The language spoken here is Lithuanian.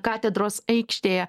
katedros aikštėje